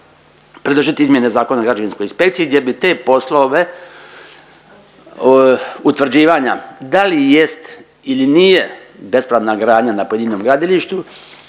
predložiti izmjene Zakona o građevinskoj inspekciji, gdje bi te poslove utvrđivanja da li jest ili nije bespravna gradnja na pojedinom gradilištu